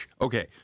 Okay